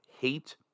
hate